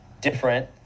different